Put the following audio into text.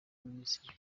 ministre